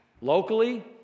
locally